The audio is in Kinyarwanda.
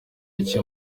iki